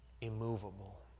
Immovable